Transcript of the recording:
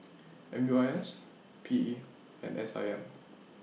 M U I S P E and S I M